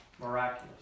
miraculous